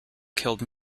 killed